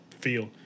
feel